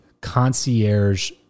concierge